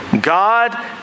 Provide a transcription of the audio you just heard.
God